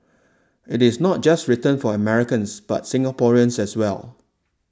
it is not just written for Americans but Singaporeans as well